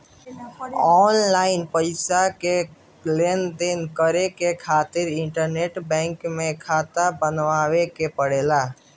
online पईसा के लेनदेन करे खातिर इंटरनेट बैंकिंग में खाता बनावे के पड़ेला